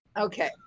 okay